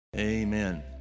amen